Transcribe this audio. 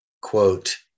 quote